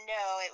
no